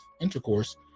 intercourse